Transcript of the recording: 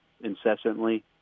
incessantly